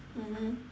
mmhmm